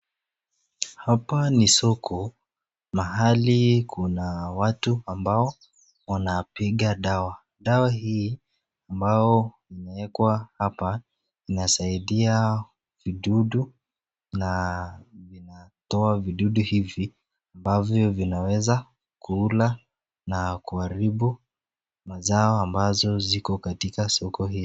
Hapa ni soko mahali kuna watu ambao wanapiga dawa. Dawa hii ambao inaekwa hapa inasaidia vidudu na vinatoa vidudu hivi ambavyo vinaweza kula na kuharibu mazao ambazo ziko katika soko hili.